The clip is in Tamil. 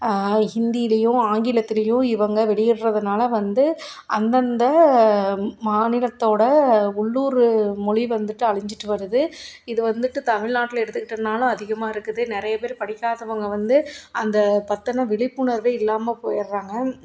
ஹிந்திலையும் ஆங்கிலத்துலையும் இவங்க வெளியிடுறதுனால வந்து அந்தந்த மாநிலத்தோட உள்ளூர் மொழி வந்துவிட்டு அழிஞ்சிட்டு வருது இது வந்துவிட்டு தமிழ்நாட்ல எடுத்துக்கிட்டனால அதிகமாக இருக்குது நிறைய பேர் படிக்காதவங்க வந்து அந்த பற்றின விழிப்புணர்வே இல்லாமல் போயிடுறாங்க